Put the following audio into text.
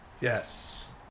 Yes